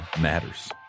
matters